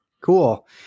Cool